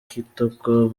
kitoko